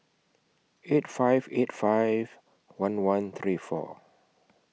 eight five eight five one one three four